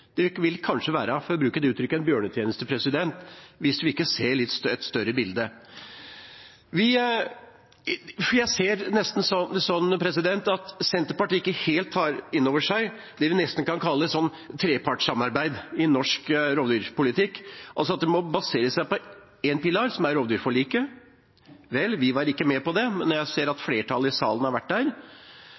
Det vil kanskje være å gjøre en bjørnetjeneste – for å bruke det uttrykket – hvis vi ikke ser et større bilde. Jeg ser det nesten sånn at Senterpartiet ikke helt tar inn over seg det vi nesten kan kalle et trepartssamarbeid i norsk rovdyrpolitikk, at det altså må basere seg på én pilar, som er rovdyrforliket. Vel, vi var ikke med på det, men jeg ser at flertallet i salen har vært